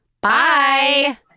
Bye